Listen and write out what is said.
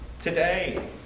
today